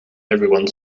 everyone